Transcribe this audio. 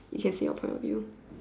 you can say your point of view